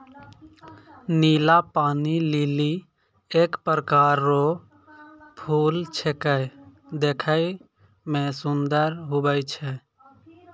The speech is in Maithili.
नीला पानी लीली एक प्रकार रो फूल छेकै देखै मे सुन्दर हुवै छै